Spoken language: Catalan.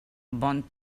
bon